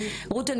רות,